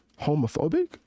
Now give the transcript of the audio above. homophobic